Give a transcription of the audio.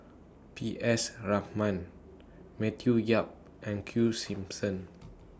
P S Raman Matthew Yap and Q Simmons